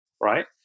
right